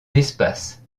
d’espaces